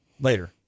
Later